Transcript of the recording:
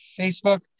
Facebook